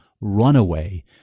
runaway